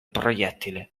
proiettile